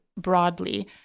broadly